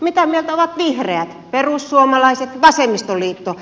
mitä mieltä ovat vihreät perussuomalaiset vasemmistoliitto